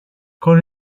con